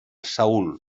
saül